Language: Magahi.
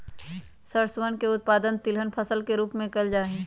सरसोवन के उत्पादन तिलहन फसल के रूप में कइल जाहई